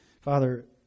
Father